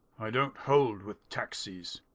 i don't hold with taxis.